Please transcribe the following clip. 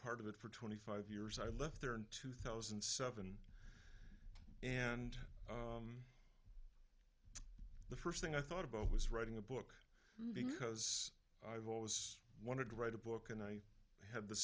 part of it for twenty five years i left there in two thousand and seven and the first thing i thought about was writing a book because i've always wanted to write a book and i had the